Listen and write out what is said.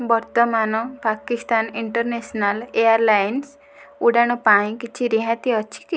ବର୍ତ୍ତମାନ Pakistan International Airlines ଉଡ଼ାଣ ପାଇଁ କିଛି ରିହାତି ଅଛିକି